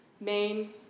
Main